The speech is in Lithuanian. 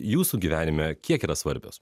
jūsų gyvenime kiek yra svarbios